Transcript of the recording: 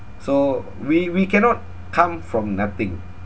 so we we cannot come from nothing